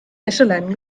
wäscheleinen